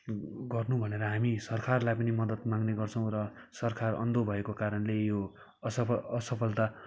गर्नु भनेर हामी सरकारलाई पनि मद्दत माग्ने गर्छौँ र सरकार अन्धो भएको कारणले यो असफ असफलता